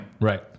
Right